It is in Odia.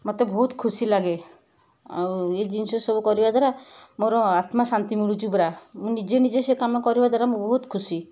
ମୋତେ ବହୁତ ଖୁସି ଲାଗେ ଆଉ ଏଇ ଜିନିଷ ସବୁ କରିବା ଦ୍ୱାରା ମୋର ଆତ୍ମା ଶାନ୍ତି ମିଳୁଛି ପୁରା ମୁଁ ନିଜେ ନିଜେ ସେ କାମ କରିବା ଦ୍ୱାରା ମୁଁ ବହୁତ ଖୁସି